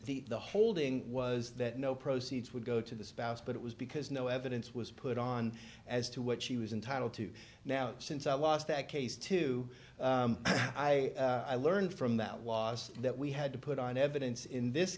the the holding was that no proceeds would go to the spouse but it was because no evidence was put on as to what she was entitled to now since i lost that case to i i learned from that was that we had to put on evidence in this